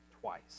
twice